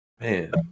Man